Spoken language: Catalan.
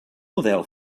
model